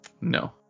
No